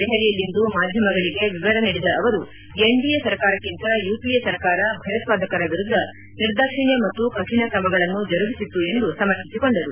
ದೆಹಲಿಯಲ್ಲಿಂದು ಮಾಧ್ಯಮಗಳಿಗೆ ವಿವರ ನೀಡಿದ ಅವರು ಎನ್ಡಿಎ ಸರ್ಕಾರಕ್ಕಿಂತ ಯುಪಿಎ ಸರ್ಕಾರ ಭಯೋತ್ಪಾದಕರ ವಿರುದ್ಧ ನಿರ್ದಾಕ್ಷಿಣ್ಯ ಮತ್ತು ಕಠಿಣಕ್ರಮಗಳನ್ನು ಜರುಗಿಸಿತ್ತು ಎಂದು ಸಮರ್ಥಿಸಿಕೊಂಡರು